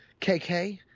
KK